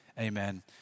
Amen